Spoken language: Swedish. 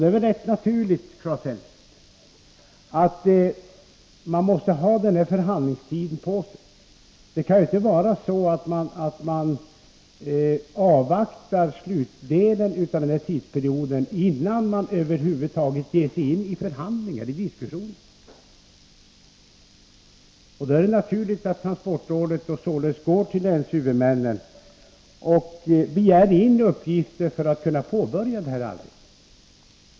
Det är väl rätt naturligt, Claes Elmstedt, att man måste ha den här möjligheten till förfogande. Man kan inte bara avvakta tills perioden är slut innan man över huvud taget ger sig in i förhandlingar. Således är det naturligt att transportrådet begär in uppgifter från länshuvudmännen för att kunna påbörja arbetet.